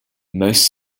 most